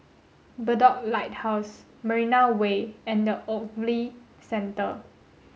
Bedok Lighthouse Marina Way and the Ogilvy Centre